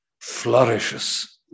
flourishes